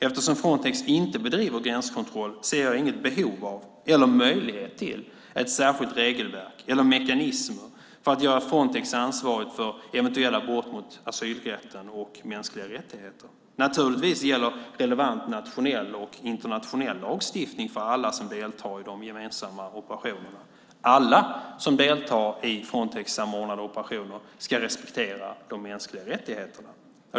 Eftersom Frontex inte bedriver gränskontroll ser jag inget behov av eller möjlighet till ett särskilt regelverk eller mekanismer för att göra Frontex ansvarigt för eventuella brott mot asylrätten och mänskliga rättigheter. Naturligtvis gäller relevant nationell och internationell lagstiftning för alla som deltar i de gemensamma operationerna. Alla som deltar i Frontexsamordnade operationer ska respektera de mänskliga rättigheterna.